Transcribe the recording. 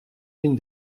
une